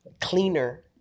cleaner